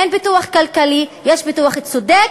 אין פיתוח כלכלי, יש פיתוח צודק.